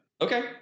Okay